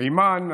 אימאן,